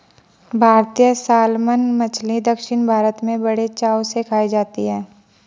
भारतीय सालमन मछली दक्षिण भारत में बड़े चाव से खाई जाती है